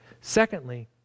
Secondly